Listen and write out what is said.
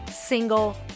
single